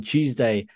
Tuesday